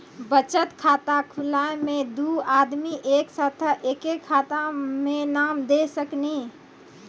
बचत खाता खुलाए मे दू आदमी एक साथ एके खाता मे नाम दे सकी नी?